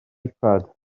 ipad